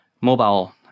mobile